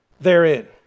therein